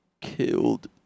killed